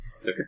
Okay